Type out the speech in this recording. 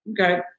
Okay